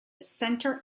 center